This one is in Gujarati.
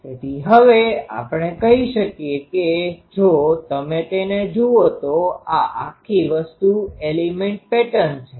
તેથી હવે આપણે કહી શકીએ કે જો તમે તેને જુઓ તો આ આખી વસ્તુ એલિમેન્ટ પેટર્ન છે